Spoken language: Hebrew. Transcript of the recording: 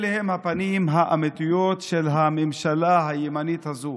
אלה הן הפנים האמיתיות של הממשלה הימנית הזו.